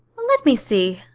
let me see,